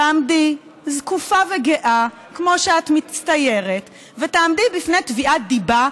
תעמדי זקופה וגאה כמו שאת מצטיירת ותעמדי בפני תביעת דיבה,